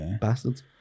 Bastards